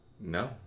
no